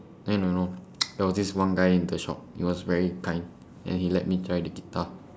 I don't know there was this one guy in the shop he was very kind and he let me try the guitar